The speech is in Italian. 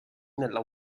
nella